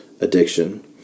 addiction